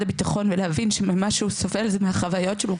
הביטחון ולהבין שמה שהוא סובל זה מהחוויות שלו.